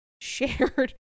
shared